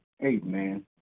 Amen